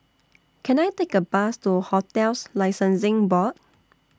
Can I Take A Bus to hotels Licensing Board